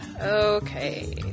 Okay